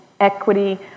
equity